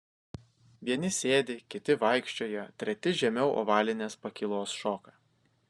vieni sėdi kiti vaikščioja treti žemiau ovalinės pakylos šoka